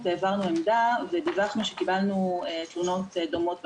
העברנו עמדה ודיווחנו שקיבלנו תלונות דומות בנושא,